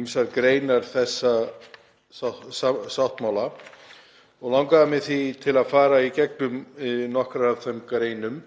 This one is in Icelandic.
ýmsar greinar þessara sáttmála. Mig langar því til að fara í gegnum nokkrar af þeim greinum